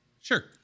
Sure